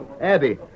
Abby